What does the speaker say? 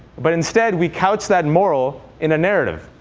but instead we couch that moral in a narrative,